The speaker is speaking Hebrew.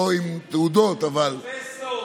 לא עם תעודות, פרופסור.